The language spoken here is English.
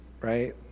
right